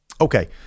Okay